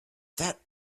that